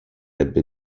ebbe